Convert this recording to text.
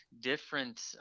different